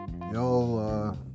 y'all